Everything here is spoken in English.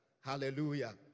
Hallelujah